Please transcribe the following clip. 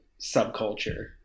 subculture